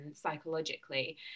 psychologically